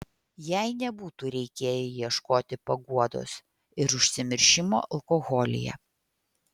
jai nebūtų reikėję ieškoti paguodos ir užsimiršimo alkoholyje